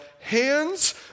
hands